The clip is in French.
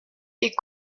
est